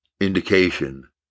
indication